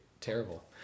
terrible